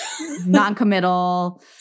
noncommittal